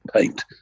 paint